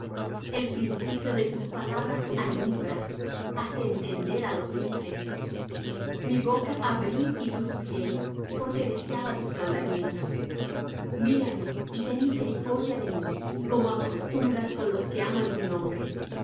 el principio de tus palabras alumbra hace entender á los simples mi boca abrí y suspiré porque deseaba tus mandamientos mírame y ten misericordia de mí como acostumbras con los que aman tu nombre